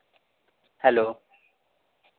hello